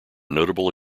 notable